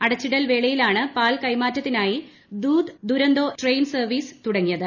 അടച്ചിടൽ വേളയിലാണ് പാൽ കൈമാറ്റത്തിനായി ദൂത്ത് ദൂരന്തോ ട്രെയിൻ സർവ്വീസ് തുടങ്ങിയത്